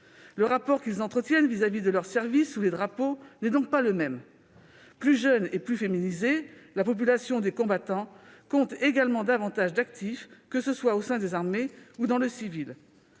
Le rapport qu'ils entretiennent à l'égard de leur service sous les drapeaux n'est donc pas le même. Plus jeune et plus féminisée, la population des combattants compte également davantage d'actifs, que ce soit au sein des armées ou dans le civil.